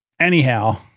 Anyhow